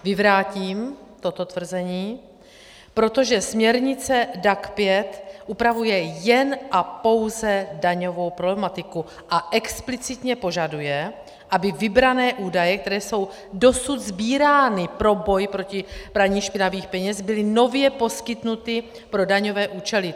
Vyvrátím toto tvrzení, protože směrnice DAC 5 upravuje jen a pouze daňovou problematiku a explicitně požaduje, aby vybrané údaje, které jsou dosud sbírány pro boj proti praní špinavých peněz, byly nově poskytnuty pro daňové účely.